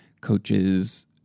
coaches